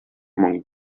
among